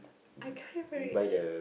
I can't even reach